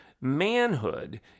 manhood